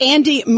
Andy